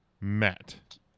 Matt